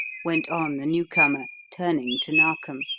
went on the newcomer, turning to narkom.